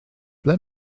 ble